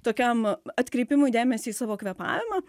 tokiam atkreipimui dėmesį į savo kvėpavimą